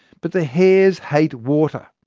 but the hairs hate water,